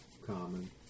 common